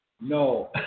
No